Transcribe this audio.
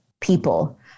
people